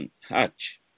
hatch